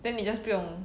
then 你 just 不用